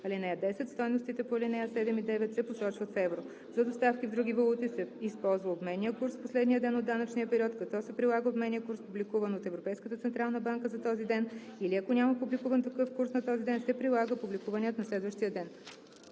Закона. (10) Стойностите по ал. 7 и 9 се посочват в евро. За доставки в други валути се използва обменният курс в последния ден от данъчния период, като се прилага обменният курс, публикуван от Европейската централна банка за този ден, или ако няма публикуван такъв курс на този ден, се прилага публикуваният на следващия ден.